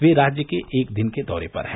वे राज्य के एक दिन के दौरे पर हैं